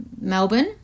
Melbourne